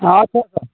हँ सर